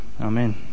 Amen